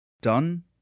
done